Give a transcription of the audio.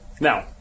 Now